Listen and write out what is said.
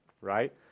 right